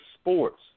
sports